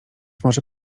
może